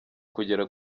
kugera